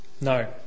no